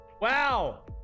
Wow